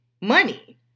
money